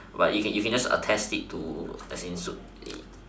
but you can you can just attest it to as in